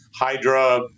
Hydra